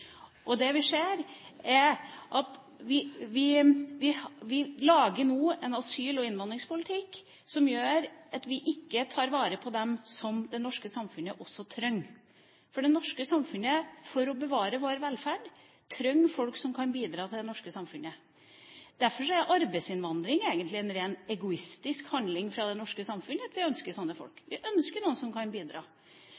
Det vi ser, er at vi nå lager en asyl- og innvandringspolitikk som gjør at vi ikke tar vare på dem som det norske samfunnet også trenger. For det norske samfunnet – for å bevare vår velferd – trenger folk som kan bidra i det norske samfunnet. Derfor er arbeidsinnvandring egentlig en rent egoistisk handling fra det norske samfunnet. Vi ønsker sånne folk,